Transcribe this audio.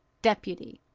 deputy,